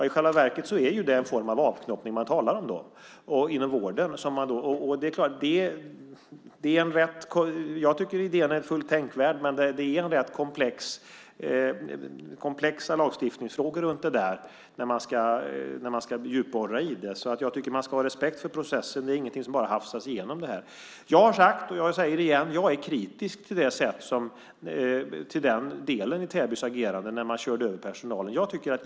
I själva verket är det en form av avknoppning man då talar om inom vården. Jag tycker att idén är fullt tänkvärd, men det är komplexa lagstiftningsfrågor runt det där när man ska djupborra i det. Jag tycker att man ska ha respekt för processen. Det är ingenting som bara kan hafsas igenom. Jag har sagt och säger det igen: Jag är kritisk till den delen i Täbys agerande där man körde över personalen.